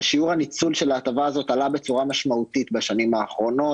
שיעור הניצול של ההטבה הזאת עלה בצורה משמעותית בשנים האחרונות,